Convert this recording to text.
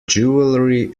jewelery